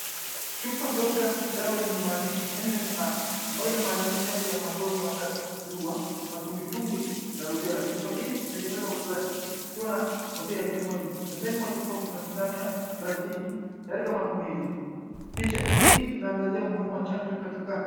...chupa ndogo ya dawa yenye maandishi MMR ambayo inamaanisha chanjo ya magonjwa matatu, surua, matumbwitumbwi na Rubera. Chupa hii imetengenezwa kwa glasi ikiwa na kofia ya chuma juu. Pembeni mwa chupa kuna sindano ya plastiki tayari kwa matumizi. Picha hii inaangazia umuhimu wa chanjo katika...